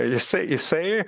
jisai jisai